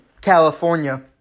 California